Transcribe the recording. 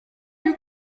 you